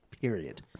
period